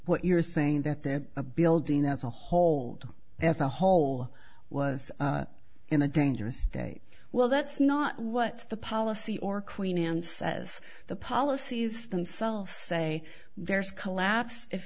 what you're saying that they're a building that's a hold as a whole was in a dangerous state well that's not what the policy or queen anne says the policies themselves say there's collapse if